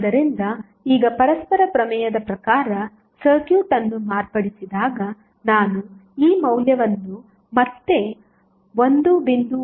ಆದ್ದರಿಂದ ಈಗ ಪರಸ್ಪರ ಪ್ರಮೇಯದ ಪ್ರಕಾರ ಸರ್ಕ್ಯೂಟ್ ಅನ್ನು ಮಾರ್ಪಡಿಸಿದಾಗ ನಾನು ಈ ಮೌಲ್ಯವನ್ನು ಮತ್ತೆ 1